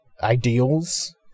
ideals